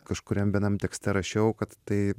kažkuriam vienam tekste rašiau kad tai